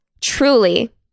truly